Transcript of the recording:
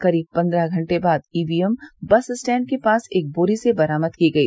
करीब पन्द्रह घंटे बाद ईवीएम बस स्टैंड के पास एक बोरी से बरामद की गई